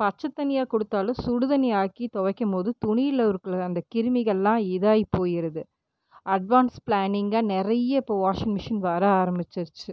பச்ச தண்ணியாக கொடுத்தாலும் சுடு தண்ணி ஆக்கி துவைக்கும் போது துணியில் இருக்கில்ல அந்த கிருமிகள் எல்லாம் இதாகி போயிடுது அட்வான்ஸ் பிளானிங்காக நிறைய இப்போ வாஷிங் மிஷின் வர ஆரமிச்சுருச்சு